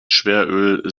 schweröl